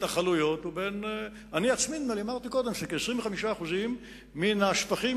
התנחלויות אני עצמי אמרתי קודם שכ-25% מן השפכים